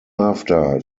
after